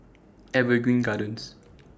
Evergreen Gardens